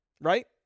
Right